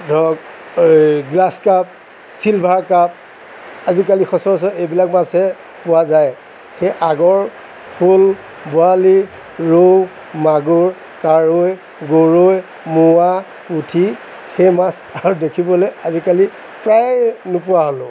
ধৰক এই grass carp silver carp আজিকালি সচৰাচৰ এইবিলাক মাছহে পোৱা যায় সেই আগৰ শ'ল বৰালি ৰৌ মাগুৰ কাৱৈ গৰৈ মোৱা পুঠি সেই মাছ আৰু দেখিবলৈ আজিকালি প্ৰায় নোপোৱা হ'লোঁ